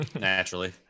naturally